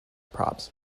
props